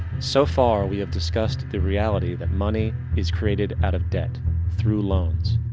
so far we have discussed the reality that money is created out of debt through loans.